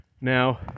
Now